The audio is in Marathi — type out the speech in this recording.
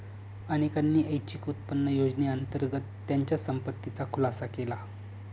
अनेकांनी ऐच्छिक उत्पन्न योजनेअंतर्गत त्यांच्या संपत्तीचा खुलासा केला